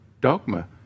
dogma